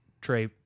Trey